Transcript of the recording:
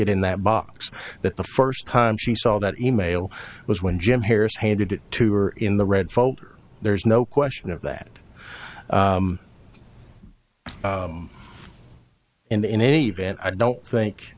it in that box that the first time she saw that e mail was when jim harris handed it to or in the red folder there's no question of that and in any event i don't think